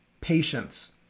patience